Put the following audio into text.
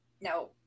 No